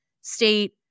state